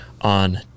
on